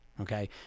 okay